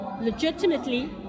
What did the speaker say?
legitimately